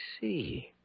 see